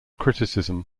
criticism